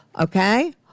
Okay